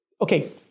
Okay